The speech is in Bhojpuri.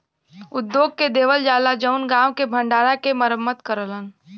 उद्योग के देवल जाला जउन गांव के भण्डारा के मरम्मत करलन